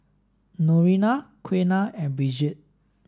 Noretta Quiana and Brigette